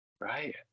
Right